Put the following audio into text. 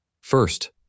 First